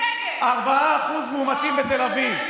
4% מאומתים בתל אביב.